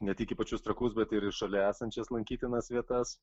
ne tik į pačius trakus bet ir į šalia esančias lankytinas vietas